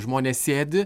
žmonės sėdi